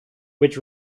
which